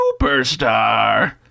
Superstar